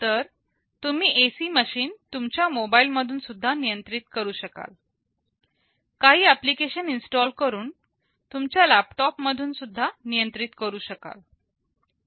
तर तुम्ही AC machine तुमच्या मोबाईल मधून सुद्धा नियंत्रित करू शकाल काही ऍप्लिकेशन इन्स्टॉल करून तुमच्या लॅपटॉप मधून सुद्धा नियंत्रित करू शकाल